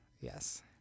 yes